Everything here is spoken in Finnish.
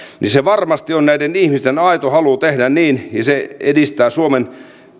on näiden ihmisten aito halu tehdä niin ja se edistää suomen